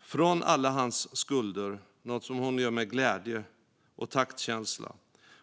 från alla hans skulder. Det är något som hon gör med glädje och taktkänsla.